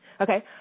okay